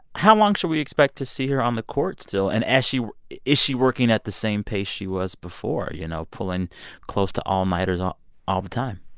how long should we expect to see her on the court still? and as she is she working at the same pace she was before, you know, pulling close to all-nighters all the time?